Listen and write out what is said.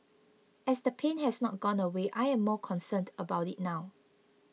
as the pain has not gone away I am more concerned about it now